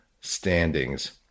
standings